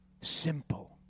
simple